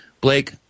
Blake